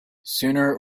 sooner